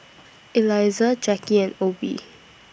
Elizah Jacky and Obe